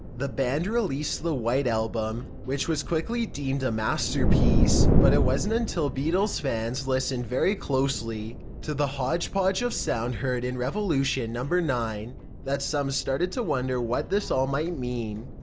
the band released the white album, which was quickly deemed a masterpiece. but it wasn't until beatles' fans listened very closely to the hodgepodge of sound heard in revolution no. nine that some started to wonder what this all might mean.